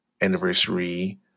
anniversary